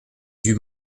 dut